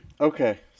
Okay